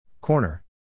Corner